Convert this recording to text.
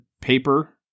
paper